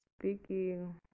speaking